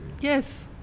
Yes